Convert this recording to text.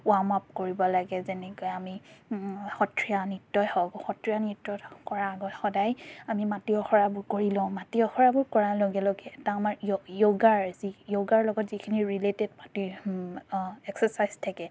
warm up কৰিব লাগে যেনেকৈ আমি সত্ৰীয়া নৃত্যই হওক সত্ৰীয়া নৃত্যত কৰাৰ আগত সদায় আমি মাটি অখৰাবোৰ কৰি লওঁ মাটি অখৰাবোৰ কৰাৰ লগে লগে এটা আমাৰ য়োগাৰ যি য়োগাৰ লগত যিখিনি ৰিলেটেড মাটিৰ এক্সাৰচাইজ থাকে